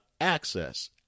access